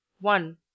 one